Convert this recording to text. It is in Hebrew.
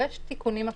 ויש תיקונים עקיפים,